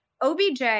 OBJ